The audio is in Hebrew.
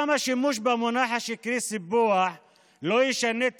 גם השימוש במונח השקרי "סיפוח" לא ישנה את